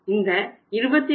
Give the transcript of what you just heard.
இந்த 22